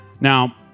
Now